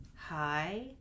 hi